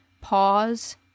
Pause